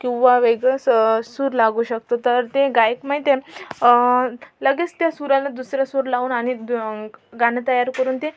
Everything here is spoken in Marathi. किंवा वेगळंच सूर लागू शकतो तर ते गायक माहिती आहे लगेच त्या सुराला दुसरा सूर लावून आणि गाणं तयार करून ते